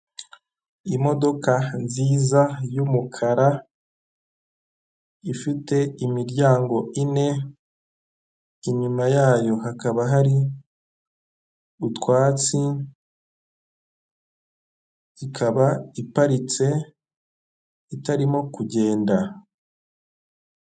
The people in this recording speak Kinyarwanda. Imodoka nziza y'umukara ifite imiryango ine inyuma yayo hakaba hari utwatsi, ikaba iparitse itarimo kugenda.